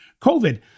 COVID